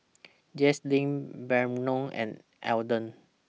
Jaslene Brannon and Alden